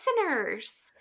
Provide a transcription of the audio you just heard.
listeners